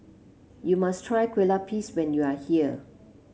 you must try Kue Lupis when you are here